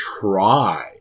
try